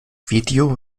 video